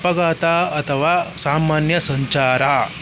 ಅಪಘಾತ ಅಥವಾ ಸಾಮಾನ್ಯ ಸಂಚಾರ